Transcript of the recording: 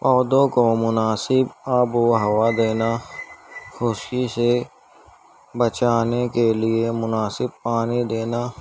پودوں کو مناسب آب و ہوا دینا خشکی سے بچانے کے لیے مناسب پانی دینا